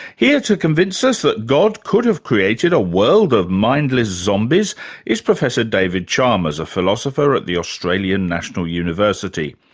here to convince us that god could have created a world of mindless zombies is professor david chalmers, a philosopher at the australian national university.